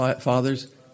fathers